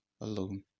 alone